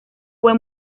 fue